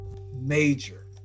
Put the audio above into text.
major